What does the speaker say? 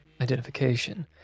identification